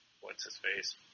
what's-his-face